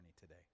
today